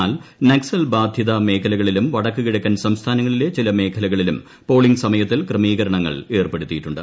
എന്നാൽ നക്സൽബാധിത മേഖലകളിലും വടക്കു കിഴക്കൻ സംസ്ഥാനങ്ങളിലെ ചില മേഖലകളിലും പോളിംഗ് സമയത്തിൽ ക്രമീകരണങ്ങൾ ഏർപ്പെടുത്തിയിട്ടുണ്ട്